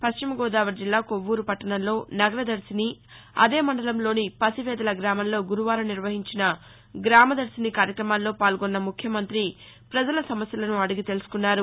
పశ్చిమగోదావరి జిల్లా కొప్పూరు పట్టణంలో నగరదర్శిని అదే మండలంలోని పశివేదల గ్రామంలో గురువారం నిర్వహించిస గ్రామదర్శిని కార్యక్రమాల్లో పాల్గొన్న ముఖ్యమంతి ప్రజల సమస్యలను అడిగి తెలుసుకున్నారు